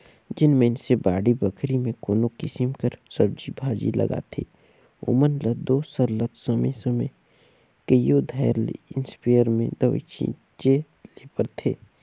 जेन मइनसे बाड़ी बखरी में कोनो किसिम कर सब्जी भाजी लगाथें ओमन ल दो सरलग समे समे कइयो धाएर ले इस्पेयर में दवई छींचे ले परथे